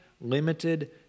limited